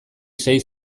sei